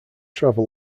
travel